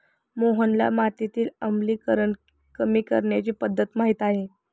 मोहनला मातीतील आम्लीकरण कमी करण्याची पध्दत माहित आहे